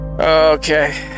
Okay